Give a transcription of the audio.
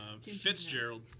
Fitzgerald